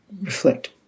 reflect